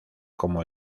como